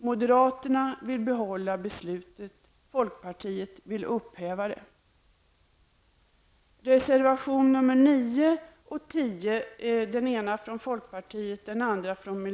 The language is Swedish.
Moderaterna vill behålla beslutet och folkpartiet vill upphäva det.